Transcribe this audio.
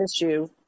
issue